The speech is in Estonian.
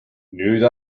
nüüd